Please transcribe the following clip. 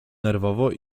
nerwowo